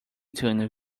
tuned